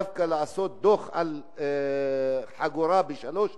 דווקא לתת דוח על חגורה ב-03:00.